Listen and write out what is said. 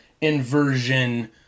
inversion